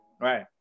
right